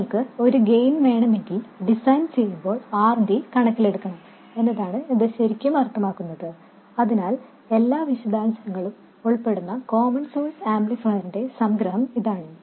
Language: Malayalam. നിങ്ങൾക്ക് ഒരു ഗെയിൻ വേണമെങ്കിൽ ഡിസൈൻ ചെയ്യുമ്പോൾ RD കണക്കിലെടുക്കണം എന്നതാണ് ഇത് ശരിക്കും അർത്ഥമാക്കുന്നത് അതിനാൽ എല്ലാ വിശദാംശങ്ങളും ഉൾപ്പെടുന്ന കോമൺ സോഴ്സ് ആംപ്ലിഫയറിന്റെ സംഗ്രഹം ഇതാണ്